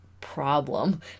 problem